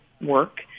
work